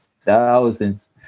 thousands